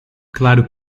claro